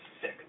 sick